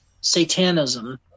Satanism